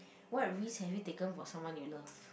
what risks have you taken for someone you love